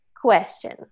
question